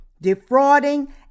defrauding